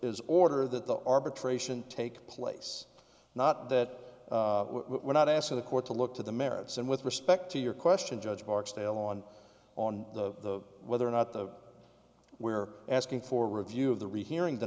is order that the arbitration take place not that we're not asking the court to look to the merits and with respect to your question judge barksdale on on the whether or not the where asking for review of the rehearing th